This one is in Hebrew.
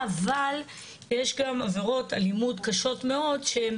אבל יש גם עבירות אלימות קשות מאוד שהן